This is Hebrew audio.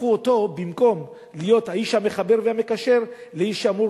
הפכו אותו במקום להיות האיש המחבר והמקשר לאיש שאמור